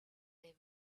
they